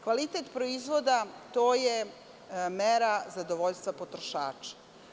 Kvalitet proizvoda je mera zadovoljstva potrošača.